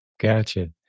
Gotcha